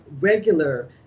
regular